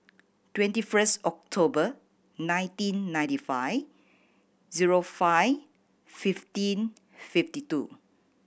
twenty first October nineteen ninety five zero five fifteen fifty two